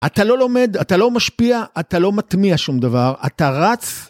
אתה לא לומד, אתה לא משפיע, אתה לא מטמיע שום דבר, אתה רץ.